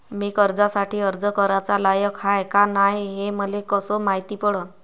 मी कर्जासाठी अर्ज कराचा लायक हाय का नाय हे मले कसं मायती पडन?